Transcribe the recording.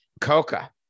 Coca